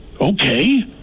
Okay